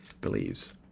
believes